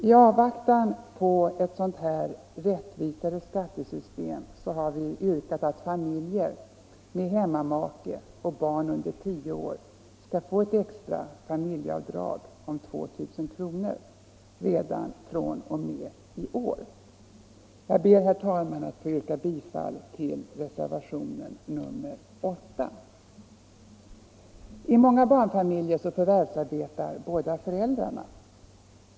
I avvaktan på ett sådant här rättvisare skattesystem har vi yrkat att familjer med hemmamake och barn under tio år skall få ett extra familjeavdrag på 2000 kr. redan fr.o.m. i år. Herr talman! Jag ber att få yrka bifall till reservationen 8. I många barnfamiljer förvärvsarbetar båda föräldrarna.